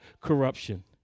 corruption